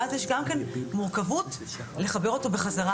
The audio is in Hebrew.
ואז גם יש מורכבות לחבר אותו בחזרה.